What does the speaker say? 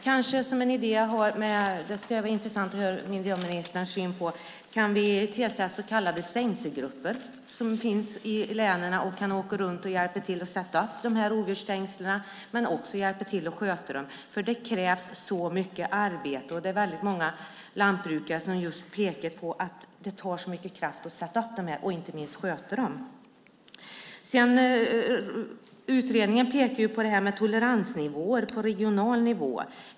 Jag har en idé, och det skulle vara intressant att höra miljöministerns syn på den. Kan vi i länen tillsätta så kallade stängselgrupper som åker runt och hjälper till att sätta upp rovdjursstängsel och även hjälper till att sköta dem? Det kräver nämligen mycket arbete, och många lantbrukare pekar just på att det tar mycket kraft att sätta upp, och inte minst sköta, stängslen. Utredningen pekar på toleransnivåer på regional nivå.